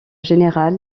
général